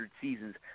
seasons